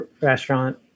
restaurant